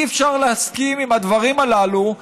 אי-אפשר להסכים לדברים הללו,